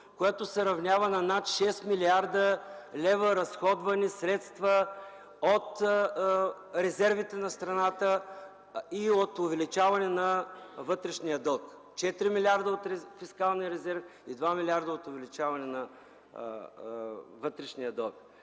Това се равнява на над 6 млрд. лв. разходвани средства от резервите на страната и от увеличаване на вътрешния дълг – 4 милиарда от фискалния резерв и 2 милиарда от увеличаване на вътрешния дълг.